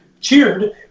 cheered